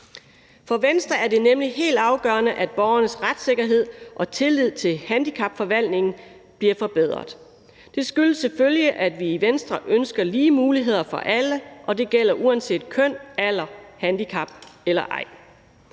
For Venstre er det nemlig helt afgørende, at borgernes retssikkerhed og tillid til handicapforvaltningen bliver forbedret. Det skyldes selvfølgelig, at vi i Venstre ønsker lige muligheder for alle, og det gælder uanset køn, alder og handicap eller ej.